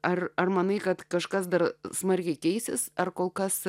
ar ar manai kad kažkas dar smarkiai keisis ar kol kas